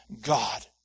God